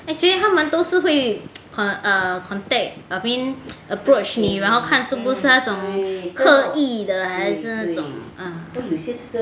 actually 他们都是会 contact I mean approach 你 then 看是不是那种刻意的还是那种